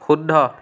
শুদ্ধ